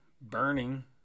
burning